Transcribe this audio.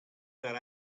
that